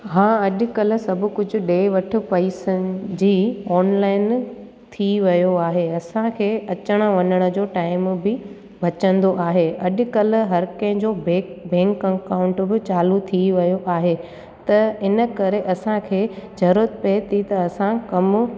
हा अॼुकल्ह सभु कुझु ॾिए वठि पैसनि जी ऑनलाइन थी वियो आहे असांखे अचणु वञण जो टाइम बि बचंदो आहे अॼुकल्ह हर कंहिंजो बै बैंक अकाउंट बि चालू थी वियो आहे त इन करे असांखे ज़रूरत पए थी त असां कमु